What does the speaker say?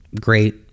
great